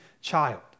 child